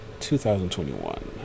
2021